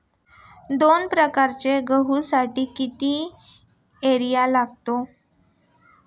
दोन एकर गहूसाठी किती युरिया लागतो?